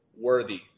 worthy